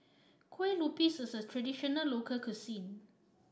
Kue Lupis is a traditional local cuisine